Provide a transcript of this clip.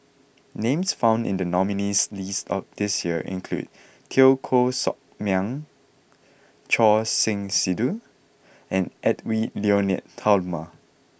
names found in the nominees' list this year include Teo Koh Sock Miang Choor Singh Sidhu and Edwy Lyonet Talma